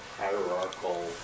hierarchical